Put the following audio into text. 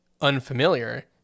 unfamiliar